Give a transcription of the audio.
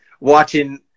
watching